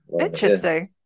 Interesting